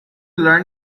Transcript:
learn